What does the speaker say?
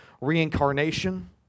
reincarnation